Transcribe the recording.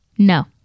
No